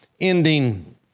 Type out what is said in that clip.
ending